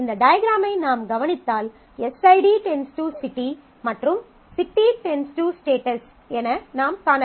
இந்த டயஃக்ராமை நாம் கவனித்தால் எஸ்ஐடி → சிட்டி மற்றும் சிட்டி → ஸ்டேட்டஸ் என நாம் காணலாம்